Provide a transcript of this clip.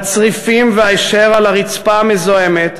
בצריפים והיישר על הרצפה המזוהמת